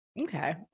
Okay